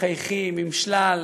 מחייכים עם שלל